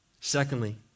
Secondly